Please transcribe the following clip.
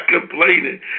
complaining